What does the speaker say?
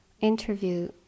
interview